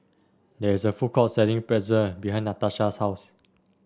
there is a food court selling Pretzel behind Natasha's house